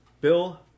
Bill